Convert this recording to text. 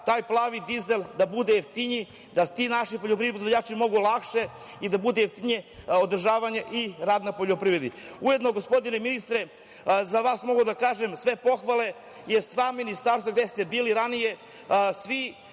taj „plavi dizel“, da bude jeftiniji, da ti naši poljoprivredni proizvođači mogu lakše i da bude jeftinije održavanje i rad na poljoprivredi. Ujedno, gospodine ministre, za vas mogu da kažem sve pohvale, jer sva ministarstva gde ste bili ranije, svi